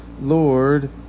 lord